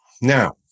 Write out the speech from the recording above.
now